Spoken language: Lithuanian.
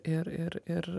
ir ir ir